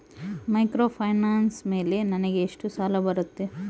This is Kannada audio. ಮೈಕ್ರೋಫೈನಾನ್ಸ್ ಮೇಲೆ ನನಗೆ ಎಷ್ಟು ಸಾಲ ಬರುತ್ತೆ?